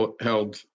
held